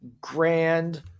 Grand